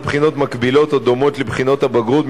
בחינות מקבילות או דומות לבחינות הבגרות,